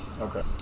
Okay